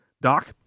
Doc